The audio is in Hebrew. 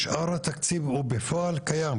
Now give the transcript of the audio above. שאר התקציב בפועל קיים.